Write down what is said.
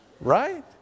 Right